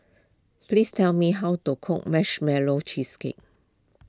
please tell me how to cook Marshmallow Cheesecake